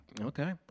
Okay